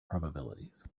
probabilities